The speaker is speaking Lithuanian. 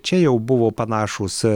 čia jau buvo panašūs